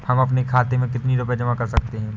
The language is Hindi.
हम अपने खाते में कितनी रूपए जमा कर सकते हैं?